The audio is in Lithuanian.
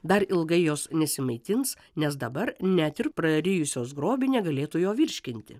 dar ilgai jos nesimaitins nes dabar net ir prarijusios grobį negalėtų jo virškinti